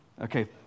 Okay